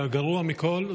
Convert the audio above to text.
והגרוע מכול,